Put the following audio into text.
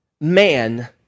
man